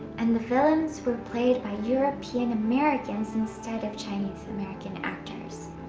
and the villains were played by european-americans instead of chinese-american actors.